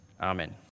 Amen